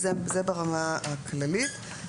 זה ברמה הכללית.